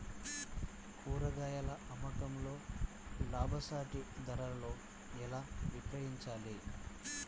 కూరగాయాల అమ్మకంలో లాభసాటి ధరలలో ఎలా విక్రయించాలి?